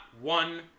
one